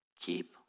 Keep